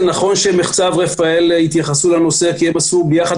נכון שמחצב רפאל התייחסו לנושא כי הם עשו יחד